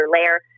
layer